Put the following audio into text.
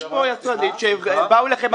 יש פה יצרנים שבאו אליכם.